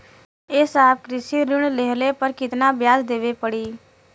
ए साहब कृषि ऋण लेहले पर कितना ब्याज देवे पणी?